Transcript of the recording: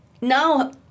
now